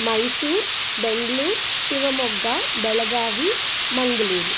Mysore Bengaluru Shivamogga Belagavi Mangaluru